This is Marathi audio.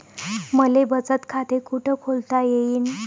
मले बचत खाते कुठ खोलता येईन?